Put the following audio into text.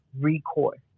recourse